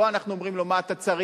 לא אנחנו אומרים לו מה הוא צריך,